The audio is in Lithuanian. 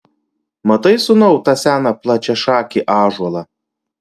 matai sūnau tą seną plačiašakį ąžuolą